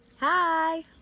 Hi